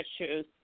issues